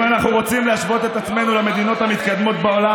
אם אנחנו רוצים להשוות את עצמנו למדינות המתקדמות בעולם,